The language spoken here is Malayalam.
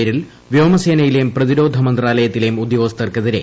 പേരിൽ വ്യോമസേനയിലെയും പ്രതിരോധ മന്ത്രാലയത്തിലെയും ഉദ്യോഗസ്ഥർക്കെതിരെ സി